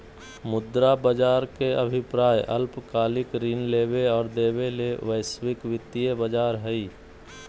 मुद्रा बज़ार के अभिप्राय अल्पकालिक ऋण लेबे और देबे ले वैश्विक वित्तीय बज़ार हइ